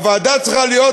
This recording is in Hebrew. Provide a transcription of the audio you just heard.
הוועדה צריכה להיות,